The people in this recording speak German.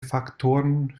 faktoren